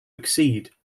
accede